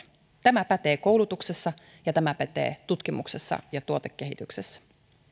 tämä pätee koulutuksessa ja tämä pätee tutkimuksessa ja tuotekehityksessä